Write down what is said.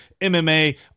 MMA